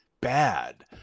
bad